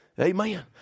Amen